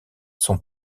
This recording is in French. sont